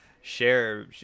Share